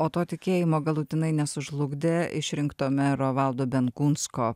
o to tikėjimo galutinai nesužlugdė išrinkto mero valdo benkunsko